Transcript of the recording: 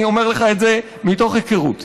אני אומר לך את זה מתוך היכרות.